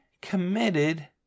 committed